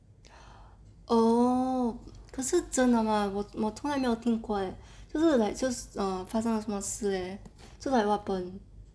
oh 可是真的吗我从来没有听过 eh 就是 like 就发生了什么事 leh so like what happen